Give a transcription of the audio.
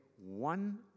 one